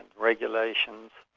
regulations.